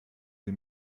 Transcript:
sie